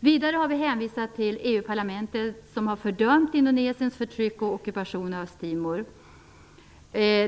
Vidare har vi hänvisat till EU-parlamentet, som har fördömt Indonesiens förtryck och ockupation av Östtimor.